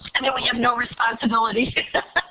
and then we have no responsibility.